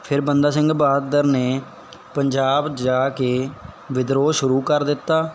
ਫਿਰ ਬੰਦਾ ਸਿੰਘ ਬਹਾਦਰ ਨੇ ਪੰਜਾਬ ਜਾ ਕੇ ਵਿਦਰੋਹ ਸ਼ੁਰੂ ਕਰ ਦਿੱਤਾ